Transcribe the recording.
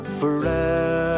forever